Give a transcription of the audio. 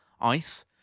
ice